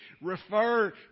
refer